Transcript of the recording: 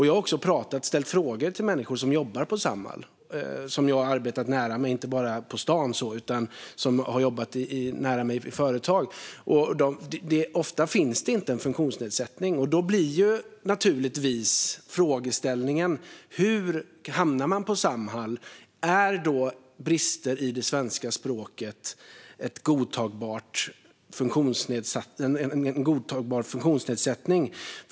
Jag har också pratat med och ställt frågor till människor som jobbar på Samhall, inte bara på stan utan i företag nära mig. Ofta finns det inte en funktionsnedsättning. Då blir frågan naturligtvis hur man hamnar på Samhall. Är brister i det svenska språket en godtagbar funktionsnedsättning?